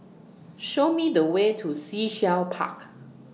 Show Me The Way to Sea Shell Park